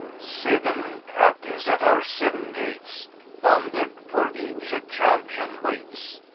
seven captains at our seven gates thundered for each a champion waits,